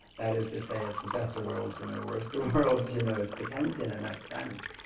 that is to say, it's the best of worlds and the worst of worlds, you know? it's dickensian in that sense.